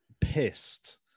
pissed